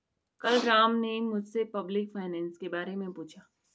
कल राम ने मुझसे पब्लिक फाइनेंस के बारे मे पूछा